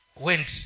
went